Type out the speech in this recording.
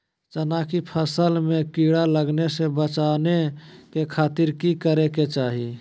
चना की फसल में कीड़ा लगने से बचाने के खातिर की करे के चाही?